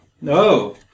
No